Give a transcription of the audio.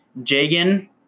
Jagan